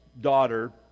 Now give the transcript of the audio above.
daughter